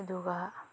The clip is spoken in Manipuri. ꯑꯗꯨꯒ